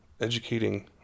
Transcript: educating